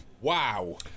Wow